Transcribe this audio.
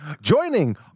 joining